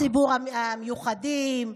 ציבור המיוחדים,